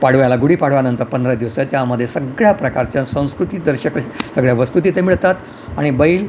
पाडव्याला गुढी पाडव्यानंतर पंधरा दिवस आहे त्यामध्ये सगळ्या प्रकारच्या संस्कृती दर्शक अशा सगळ्या वस्तू तिथं मिळतात आणि बैल